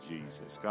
Jesus